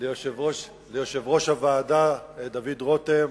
ליושב-ראש הוועדה דוד רותם,